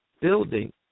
building